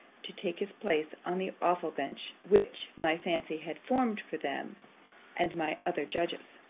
to take his place on the awful bench which my fancy had formed for them and my other judges!